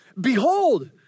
behold